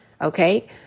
Okay